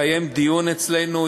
התקיים דיון אצלנו,